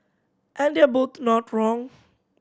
and they're both not wrong